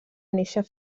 néixer